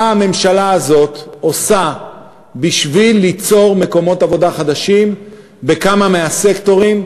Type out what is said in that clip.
מה הממשלה הזאת עושה בשביל ליצור מקומות עבודה חדשים בכמה מהסקטורים,